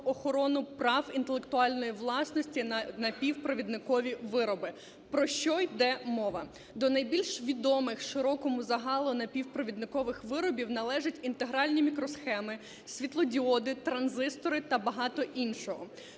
охорону прав інтелектуальної власності на напівпровідникові вироби. Про що йде мова? До найбільш відомих широкому загалу напівпровідникових виробів належить інтегральні мікросхеми, світлодіоди, транзистори та багато іншого.